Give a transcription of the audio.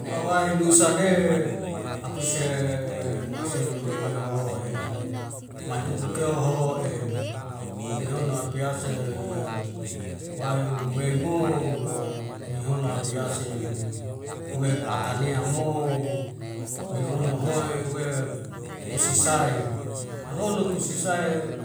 Ma wai lusa de akuse maselu lumeoho'e matuk kekeo ho'e mehono apiase wai uluwemo mehono abiase uwep patanea mo mehono hoe webs kusisai ahono kusisai